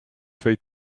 twee